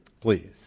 Please